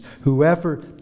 Whoever